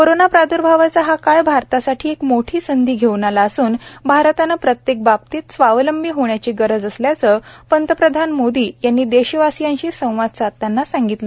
कोरोनाच्या प्रादर्भावाचा हा काळ भारतासाठी एक मोठी संधी घेऊन आला असन भारतानं प्रत्येक बाबतीत स्वावलंबी होण्याची गरज असल्याचं पंतप्रधान मोदी यांनी देशवाशीयांशी संवाद साधताना सांगितलं